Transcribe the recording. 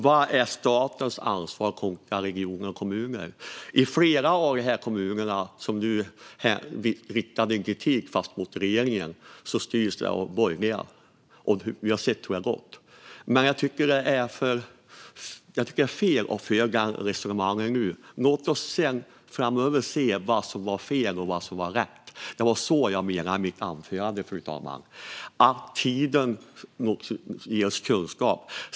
Vad är statens ansvar kontra regioners och kommuners? Flera av de kommuner som du riktar kritik mot regeringen för styrs av borgerliga, och vi har sett hur det har gått. Men jag tycker att det är fel att föra det resonemanget nu. Låt oss framöver se vad som var fel och vad som var rätt! Det var så jag menade i mitt anförande, fru talman - att tiden ger oss kunskap.